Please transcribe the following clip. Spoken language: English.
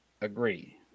Agree